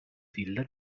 villa